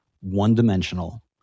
one-dimensional